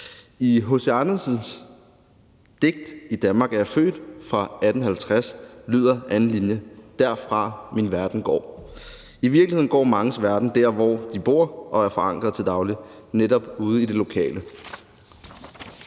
I H.C. Andersens digt »I Danmark er jeg født« fra 1850 lyder det i anden linje: »... derfra min verden går«. I virkeligheden går manges verden fra der, hvor de bor og er forankret til daglig, altså netop ude i det lokale